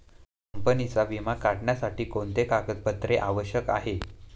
कंपनीचा विमा काढण्यासाठी कोणते कागदपत्रे आवश्यक आहे?